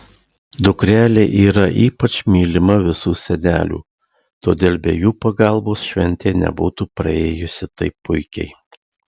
dukrelė yra ypač mylima visų senelių todėl be jų pagalbos šventė nebūtų praėjusi taip puikiai